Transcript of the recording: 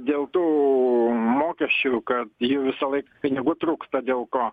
dėl tų mokesčių kad jų visąlaik pinigų trūksta dėl ko